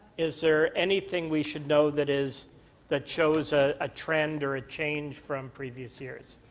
is there anything we should know that is that chose ah a trend or a change from previous years?